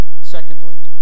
Secondly